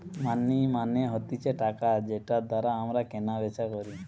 মানি মানে হতিছে টাকা যেটার দ্বারা আমরা কেনা বেচা করি